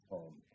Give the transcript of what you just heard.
home